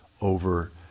over